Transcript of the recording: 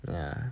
ya